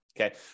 Okay